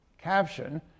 caption